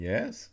Yes